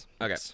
Okay